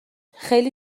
خیلی